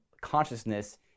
consciousness